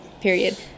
Period